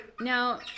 now